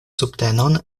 subtenon